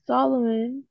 Solomon